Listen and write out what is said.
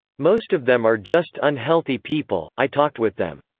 most of them are just unhealthy people, i talked with them.